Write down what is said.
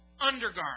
undergarment